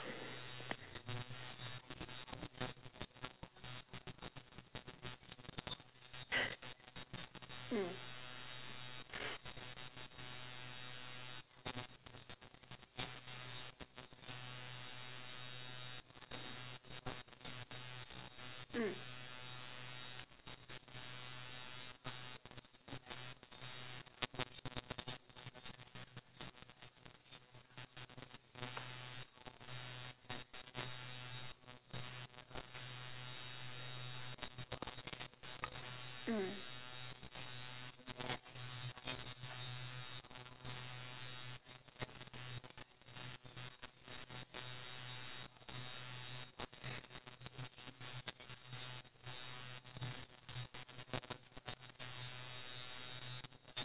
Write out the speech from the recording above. mm mm